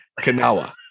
kanawa